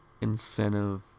incentive